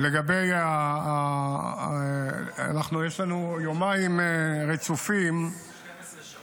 לגבי, יש לנו יומיים רצופים -- 12 שעות.